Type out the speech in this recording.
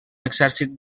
exèrcit